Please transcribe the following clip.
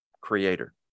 creator